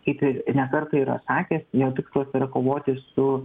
kaip ir ne kartą yra sakęs jo tikslas ir kovoti su